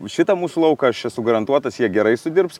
už šitą mūsų lauką aš esu garantuotas jie gerai sudirbs